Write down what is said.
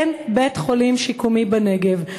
אין בית-חולים שיקומי בנגב.